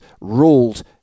ruled